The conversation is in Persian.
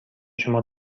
شما